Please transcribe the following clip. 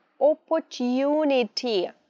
opportunity